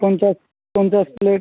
পঞ্চাশ পঞ্চাশ প্লেট